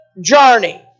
journey